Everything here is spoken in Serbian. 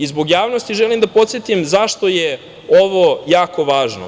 Zbog javnosti želim da podsetim zašto je ovo jako važno.